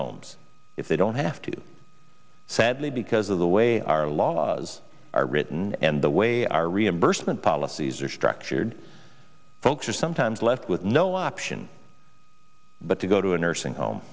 homes if they don't have to said they because of the way our laws are written and the way our reimbursement policies are structured folks are sometimes left with no option but to go to a nursing home